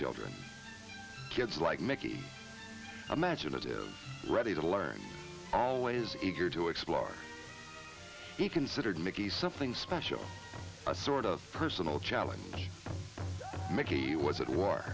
children kids like mickey imaginative ready to learn always eager to explore he considered mickey something special a sort of personal challenge mickey was at war